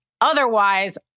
otherwise-